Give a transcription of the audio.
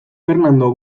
fernando